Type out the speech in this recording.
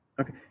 Okay